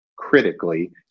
critically